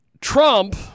Trump